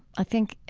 i think,